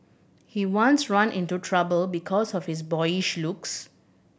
he once ran into trouble because of his boyish looks